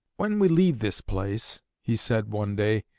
when we leave this place he said, one day,